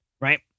right